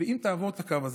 ואם תעבור את הקו הזה,